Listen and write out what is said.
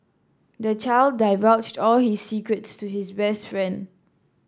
the child divulged all his secrets to his best friend